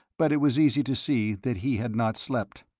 but it was easy to see that he had not slept.